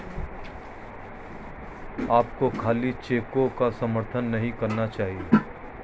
आपको खाली चेकों का समर्थन नहीं करना चाहिए